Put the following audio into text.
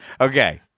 Okay